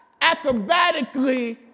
acrobatically